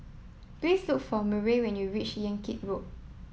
please look for Murray when you reach Yan Kit Road